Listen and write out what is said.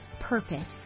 purpose